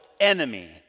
enemy